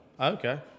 Okay